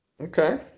okay